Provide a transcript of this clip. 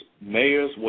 mayors